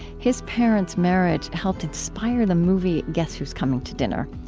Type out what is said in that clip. his parents' marriage helped inspire the movie guess who's coming to dinner,